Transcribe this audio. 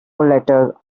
letter